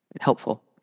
helpful